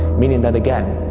meaning that again,